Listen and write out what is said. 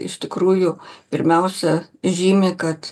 iš tikrųjų pirmiausia žymi kad